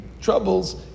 troubles